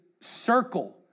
circle